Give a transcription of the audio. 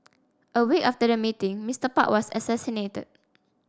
a week after the meeting Mister Park was assassinated